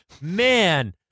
man